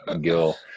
Gil